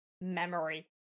memory